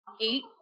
eight